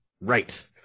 Right